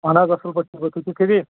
اہن حظ اَصٕل پٲٹھۍ شُکُر تُہۍ چھُ ٹھیٖک